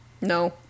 No